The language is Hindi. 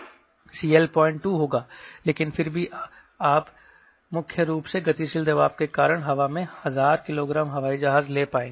CL 02 होगा लेकिन फिर भी आप मुख्य रूप से गतिशील दबाव के कारण हवा में 1000 किलोग्राम हवाई जहाज ले पाएंगे